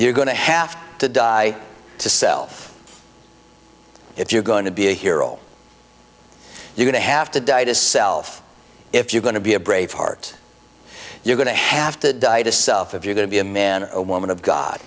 you're going to have to die to self if you're going to be a hero you're going to have to die to self if you're going to be a braveheart you're going to have to die to self if you're going to be a man or a woman of god